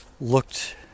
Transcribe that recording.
looked